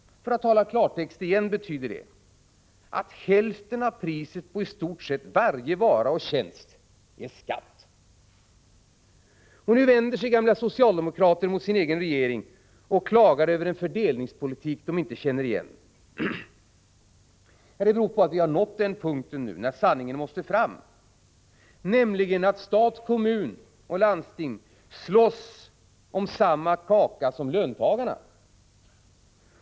För att åter tala klartext betyder det att hälften av priset på i stort sett varje vara och tjänst är skatt. Nu vänder sig gamla socialdemokrater mot sin egen regering och klagar över en fördelningspolitik som de inte känner igen. Det beror på att vi har nått den punkt när sanningen måste fram, nämligen att stat, kommun och landsting slåss om samma kaka som löntagarna.